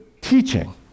teaching